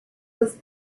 was